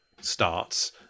starts